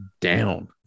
down